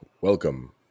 Welcome